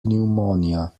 pneumonia